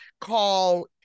call